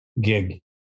gig